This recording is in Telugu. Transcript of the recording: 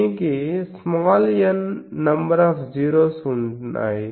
దీనికి n నంబర్ అఫ్ జీరోస్ ఉన్నాయి